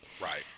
Right